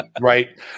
Right